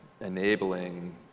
enabling